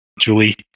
Julie